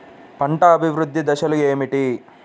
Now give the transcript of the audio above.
పంట అభివృద్ధి దశలు ఏమిటి?